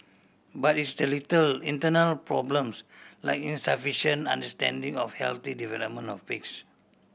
but it's the later internal problems like insufficient understanding of healthy development of pigs